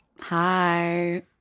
Hi